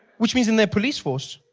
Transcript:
which means in their police force,